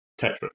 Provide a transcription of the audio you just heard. Tetra